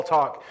Talk